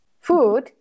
food